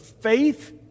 faith